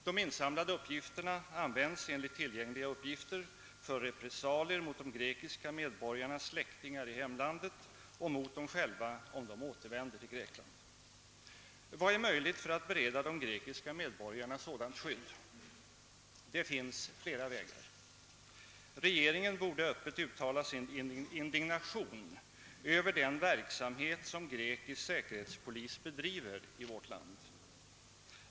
De insamlade uppgifterna användes enligt tillgängliga källor för repressalier mot de grekiska medborgarnas släktingar i hemlandet och mot dem själva om de återvänder till Grekland. Vad kan man då göra för att bereda de grekiska medborgarna sådant skydd? Ja, det finns flera vägar. Regeringen borde öppet uttala sin indignation över den verksamhet som grekisk säkerhetspolis bedriver i vårt land.